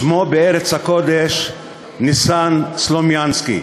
שמו בארץ הקודש ניסן סלומינסקי,